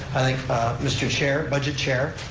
think mr. chair, budget chair,